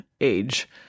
age